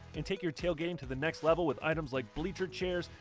and take your tailgating to the next level with items like bleacher chairs,